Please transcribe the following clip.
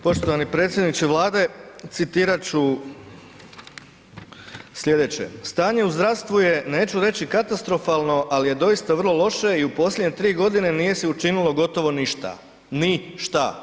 Poštovani predsjedniče Vlade, citirati ću sljedeće: „Stanje u zdravstvu je neću reći katastrofalno ali je doista vrlo loše i u posljednje tri godine nije se učinilo gotovo ništa, ni-šta.